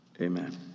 Amen